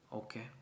okay